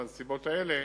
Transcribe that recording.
בנסיבות האלה,